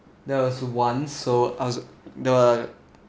there was once so there were